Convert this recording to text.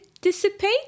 Dissipate